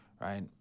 right